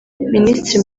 minisitiri